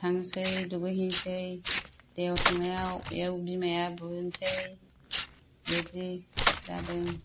थांसै दुगै हैसै दैयाव थांनायाव बेयाव बिमाया बुनोसै बिदि जादों